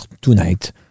tonight